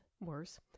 Worse